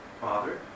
Father